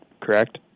correct